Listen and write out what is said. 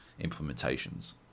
implementations